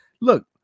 look